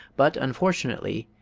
but, unfortunately,